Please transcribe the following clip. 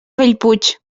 bellpuig